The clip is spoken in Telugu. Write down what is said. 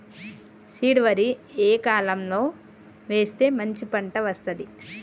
సీడ్ వరి ఏ కాలం లో వేస్తే మంచి పంట వస్తది?